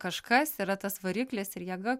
kažkas yra tas variklis ir jėga